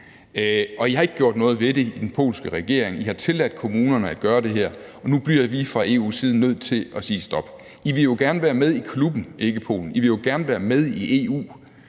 I har ikke gjort noget ved det i den polske regering. I har tilladt kommunerne at gøre det her, og nu bliver vi fra EU's side nødt til at sige stop. I vil jo gerne være med i klubben, ikke, Polen? I vil jo gerne være med i EU,